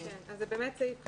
זה באמת סעיף חדש.